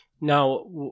Now